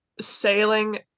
sailing